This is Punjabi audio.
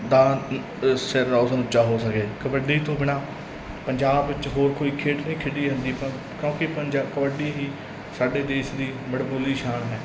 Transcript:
ਦਾ ਉੱਚਾ ਹੋ ਸਕੇ ਕਬੱਡੀ ਤੋਂ ਬਿਨਾਂ ਪੰਜਾਬ ਵਿੱਚ ਹੋਰ ਕੋਈ ਖੇਡ ਨਹੀਂ ਖੇਡੀ ਜਾਂਦੀ ਕਿਉਂ ਕਿਉਂਕਿ ਪੰਜਾਬ ਕਬੱਡੀ ਹੀ ਸਾਡੇ ਦੇਸ਼ ਦੀ ਬੜਬੋਲੀ ਸ਼ਾਨ ਹੈ